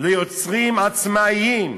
ליוצרים עצמאיים?